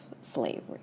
slavery